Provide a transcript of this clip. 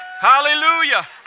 Hallelujah